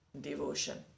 devotion